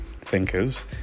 thinkers